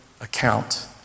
account